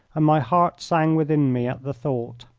and my heart sang within me at the thought.